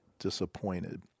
disappointed